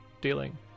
dealing